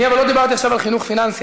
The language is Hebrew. אבל אני לא דיברתי עכשיו על חינוך פיננסי.